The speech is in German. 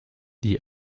die